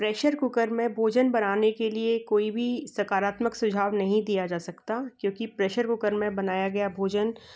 pressure cooker में भोजन बनने के लिए कोई भी सकारात्मक सुझाव नहीं दिया जा सकता क्योंकि प्रेसर कूकर में बनाया गया भोजन